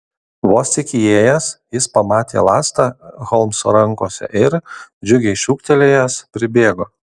vos tik įėjęs jis pamatė lazdą holmso rankose ir džiugiai šūktelėjęs pribėgo